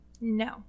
no